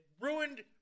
ruined